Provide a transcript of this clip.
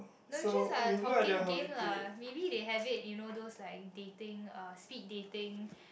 no it's just like a talking game lah maybe they have it you know those like dating uh speed dating